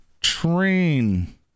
train